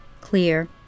clear